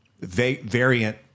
variant